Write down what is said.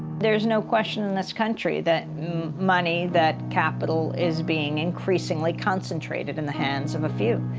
there is no question in this country that money, that capital is being increasingly concentrated in the hands of a few.